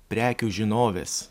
prekių žinovės